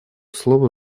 слово